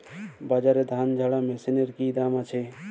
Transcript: বাজারে ধান ঝারা মেশিনের কি দাম আছে?